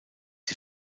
die